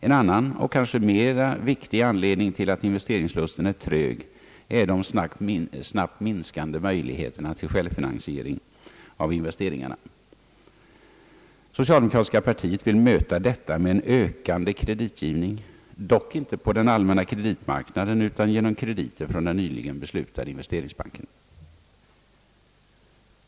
En annan och kanske viktigare anledning till att investeringslusten är trög är de snabbt minskande möjligheterna till självfinansiering av investeringarna. Socialdemokratiska partiet vill möta detta med en ökande kreditgivning, dock icke på den allmänna kreditmarknaden, utan genom krediter från den nyligen beslutade investeringsbanken.